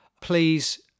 please